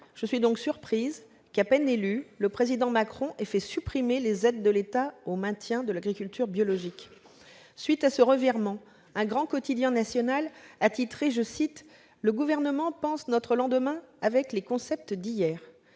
Je suis donc surprise que, à peine élu, le président Macron ait fait supprimer les aides de l'État au maintien de l'agriculture biologique. À la suite de ce revirement, un grand quotidien national a titré en ces termes :« Le Gouvernement pense notre lendemain avec les concepts d'hier ».